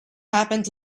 happened